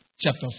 chapter